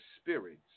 spirits